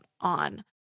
on